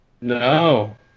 No